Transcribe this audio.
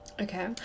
Okay